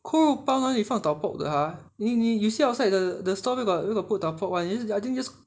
扣肉包哪里有放 tau pok 的 !huh! 你你 you see outside the store where got put tau pok [one] I thi~ I think just